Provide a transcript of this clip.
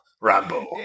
Rambo